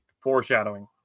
Foreshadowing